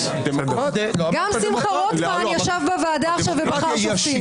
גם שמחה רוטמן ישב בוועדה עכשיו ובחר שופטים.